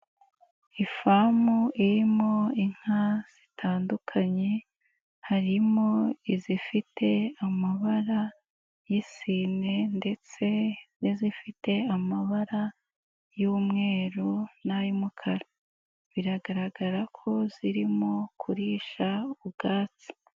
Ifamu irimo inka zitandukanye, harimo izifite amabara y'isine ndetse n'izifite amabara y'umweru n'ay'umukara biragaragara ko zirimo kurisha ubwatsi.